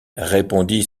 répondit